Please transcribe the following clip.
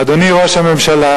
אדוני ראש הממשלה,